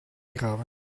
grave